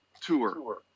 tour